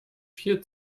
viel